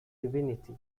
divinity